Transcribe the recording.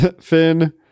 Finn